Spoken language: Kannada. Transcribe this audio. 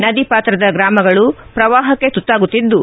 ನದಿ ಪಾತ್ರದ ಗ್ರಾಮಗಳು ಪ್ರವಾಪಕ್ಕೆ ತುತ್ತಾಗುತ್ತಿದ್ಲು